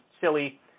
silly